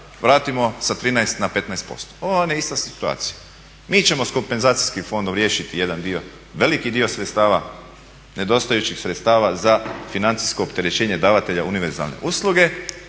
vratimo sa 13 na 15%. Ovo vam je ista situacija. Mi ćemo s kompenzacijskim fondom riješiti jedan dio, veliki dio sredstava, nedostajućih sredstava za financijsko opterećenje davatelja univerzalne usluge